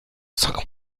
cinq